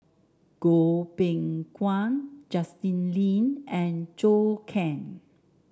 Goh Beng Kwan Justin Lean and Zhou Can